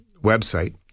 website